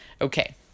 Okay